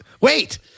Wait